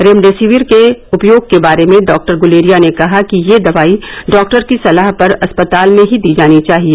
remdesivir के उपयोग के बारे में डॉक्टर गुलेरिया ने कहा कि यह दवाई डॉक्टर की सलाह पर अस्पताल में ही दी जानी चाहिए